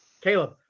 Caleb